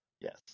Yes